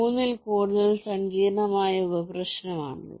3 ൽ കൂടുതൽ സങ്കീർണ്ണമായ ഉപ പ്രശ്നമാണിത്